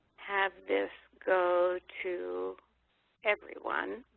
have this go to everyone.